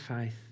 faith